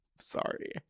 sorry